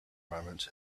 moment